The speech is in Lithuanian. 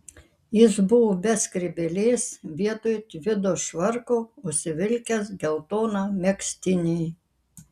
jis buvo be skrybėlės vietoj tvido švarko užsivilkęs geltoną megztinį